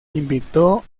invitó